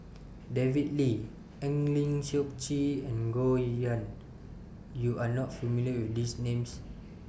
David Lee Eng Lee Seok Chee and Goh Yihan YOU Are not familiar with These Names